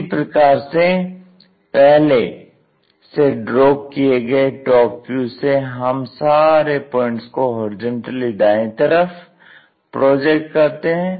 इसी प्रकार से पहले से ड्रॉ किए गए टॉप व्यू से हम सारे पॉइंट्स को होरिजेंटली दाएं तरफ प्रोजेक्ट करते हैं